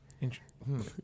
Interesting